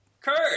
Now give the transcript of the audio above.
Kurt